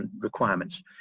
requirements